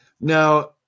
Now